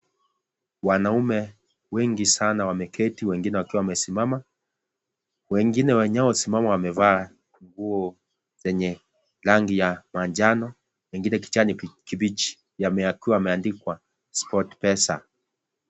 Wanaume wengi sana wameketi wengine wakiwa wamesimama, wengine wenye wamesimama wamevaa nguo zenye rangi ya manjano, wengine kijani kibichi yakiwa yameandikwa Sport Pesa.